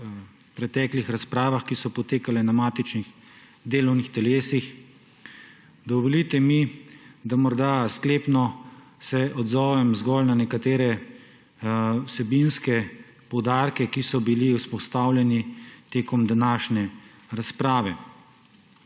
preteklih razpravah, ki so potekale na matičnih delovnih telesih. Dovolite mi, da se sklepno odzovem zgolj na nekatere vsebinske poudarke, ki so bili vzpostavljeni tekom današnje razprave.